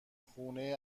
خونه